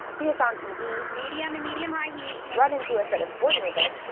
see us on tv. medium to medium high heat. run into us at a sporting event.